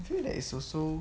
I feel that is also